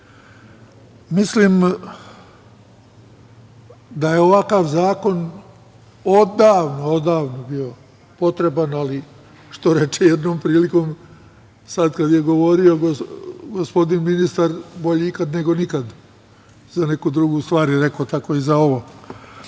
da je ovakav zakon odavno bio potreban, ali što reče jednom prilikom sad kada je govorio gospodin ministar, bolje ikad nego nikad, za neku drugu stvar je rekao, tako i za ovo. Ono